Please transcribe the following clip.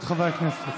החוק.